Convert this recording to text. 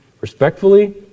Respectfully